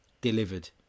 delivered